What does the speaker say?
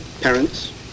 parents